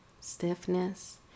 stiffness